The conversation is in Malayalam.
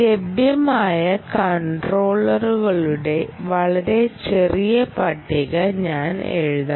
ലഭ്യമായ കണ്ട്രോളറുകളുടെ വളരെ ചെറിയ പട്ടിക ഞാൻ എഴുതാം